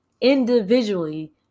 individually